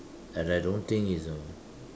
and I don't think it's a